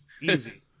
Easy